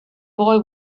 boy